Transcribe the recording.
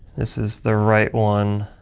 this is the right one.